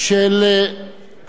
קבוצות מהאופוזיציה.